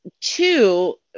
two